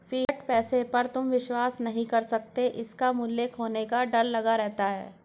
fiat पैसे पर तुम विश्वास नहीं कर सकते इसका मूल्य खोने का डर लगा रहता है